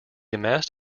amassed